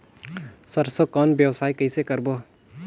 सरसो कौन व्यवसाय कइसे करबो?